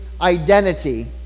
identity